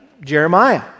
Jeremiah